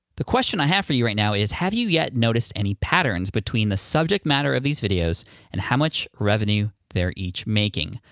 the question i have for you right now is have you yet noticed any patterns between the subject matter of these videos and how much revenue they're each making?